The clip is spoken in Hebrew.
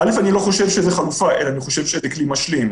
א' אני לא חושב שזה חלופה אלא אני חושב שזה כלי משלים,